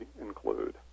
include